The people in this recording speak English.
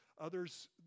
others